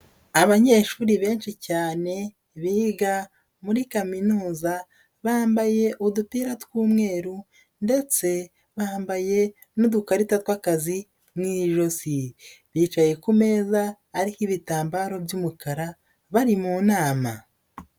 Abanyeshuri benshi cyane biga muri kaminuza bambaye udupira tw'umweru ndetse bambaye n'udukarita tw'akazi mu ijosi, bicaye ku meza ariho ibitambaro by'umukara bari mu nama.